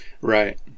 right